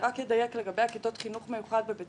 אני רק אדייק לגבי כיתות החינוך המיוחד בבית